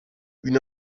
une